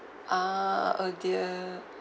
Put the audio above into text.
ah oh dear